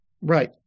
Right